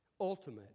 ultimate